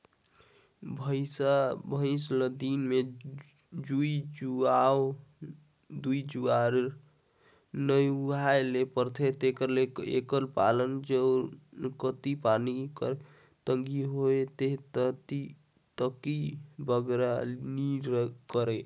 भंइसा भंइस ल दिन में दूई जुवार नहुवाए ले परथे तेकर ले एकर पालन जउन कती पानी कर तंगी होथे ते कती बगरा नी करें